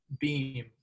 beam